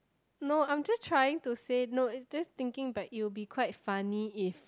no I'm just trying to say no it's just thinking but it'll be quite funny if